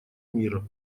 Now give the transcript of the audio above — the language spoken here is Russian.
мира